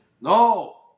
No